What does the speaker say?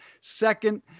second